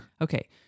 Okay